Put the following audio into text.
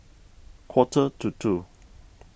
quarter to two